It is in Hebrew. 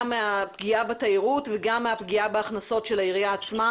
מהפגיעה בתיירות וגם מהפגיעה בהכנסות של העירייה עצמה.